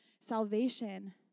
salvation